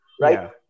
right